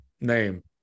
name